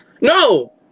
No